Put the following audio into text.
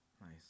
Nice